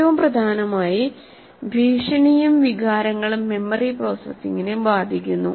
ഏറ്റവും പ്രധാനമായി ഭീഷണികളും വികാരങ്ങളും മെമ്മറി പ്രോസസ്സിംഗിനെ ബാധിക്കുന്നു